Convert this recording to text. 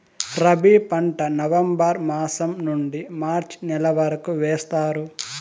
రబీ పంట నవంబర్ మాసం నుండీ మార్చి నెల వరకు వేస్తారు